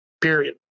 period